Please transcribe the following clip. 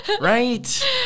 Right